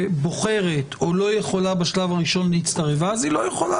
שבוחרת או לא יכולה בשלב הראשון להצטרף ואז היא לא יכולה